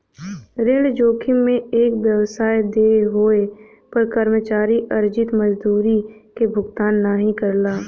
ऋण जोखिम में एक व्यवसाय देय होये पर कर्मचारी अर्जित मजदूरी क भुगतान नाहीं करला